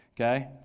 okay